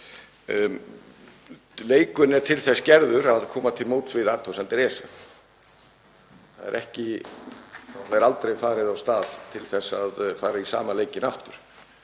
Leikurinn er til þess gerður að koma til móts við athugasemdir ESA. Það er aldrei farið af stað til að fara í sama leikinn aftur.